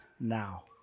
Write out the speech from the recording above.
now